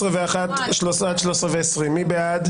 12,941 עד 12,960, מי בעד?